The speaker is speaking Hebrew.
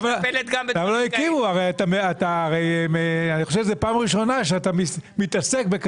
אני חושב שדאת פעם ראשונה שאתה מתעסק בחוק